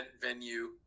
venue